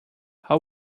how